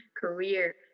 career